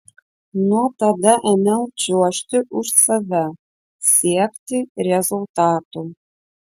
nuo tada ėmiau čiuožti už save siekti rezultatų